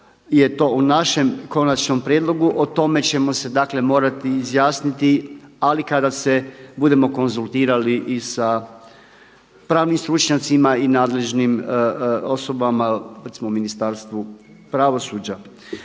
u našem konačnom prijedlogu. O tome ćemo se dakle morati izjasniti, ali kada se budemo konzultirali i sa pravnim stručnjacima i nadležnim osobama recimo u Ministarstvu pravosuđa.